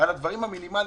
דברים מינימליים.